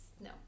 No